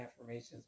affirmations